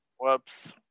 Whoops